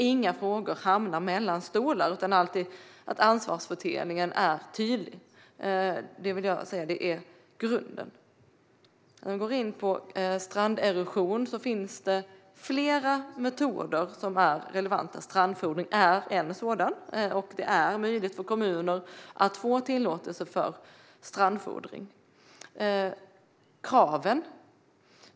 Inga frågor ska hamna mellan stolar, utan ansvarsfördelningen ska vara tydlig. Det är grunden. När det handlar om stranderosion finns det flera metoder som är relevanta. Strandfodring är en sådan, och det är möjligt för kommuner att få tillåtelse för strandfodring.